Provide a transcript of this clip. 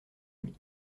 demie